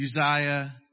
Uzziah